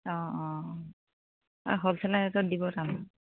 অঁ অঁ অঁ অ' হ'লচেলাৰ ৰেটত দিব তাৰমানে